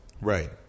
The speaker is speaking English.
Right